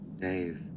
Dave